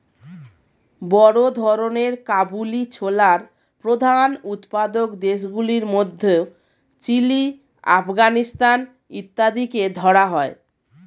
বড় ধরনের কাবুলি ছোলার প্রধান উৎপাদক দেশগুলির মধ্যে চিলি, আফগানিস্তান ইত্যাদিকে ধরা হয়